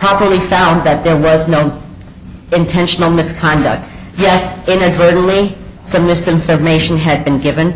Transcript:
properly found that there was no intentional misconduct yes it is really some misinformation had been given